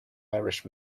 irish